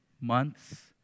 months